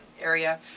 area